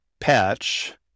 patch